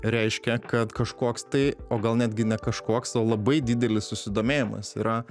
reiškia kad kažkoks tai o gal netgi ne kažkoks o labai didelis susidomėjimas yra